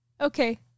Okay